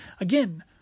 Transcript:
Again